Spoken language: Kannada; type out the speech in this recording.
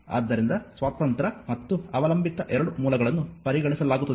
ಆದ್ದರಿಂದ ಸ್ವತಂತ್ರ ಮತ್ತು ಅವಲಂಬಿತ ಎರಡೂ ಮೂಲಗಳನ್ನು ಪರಿಗಣಿಸಲಾಗುತ್ತದೆ